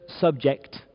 subject